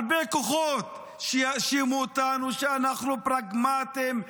הרבה כוחות שיאשימו אותנו שאנחנו פרגמטיים,